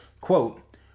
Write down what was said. quote